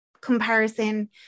comparison